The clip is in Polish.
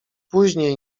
później